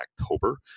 October